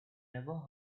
never